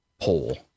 poll